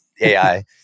AI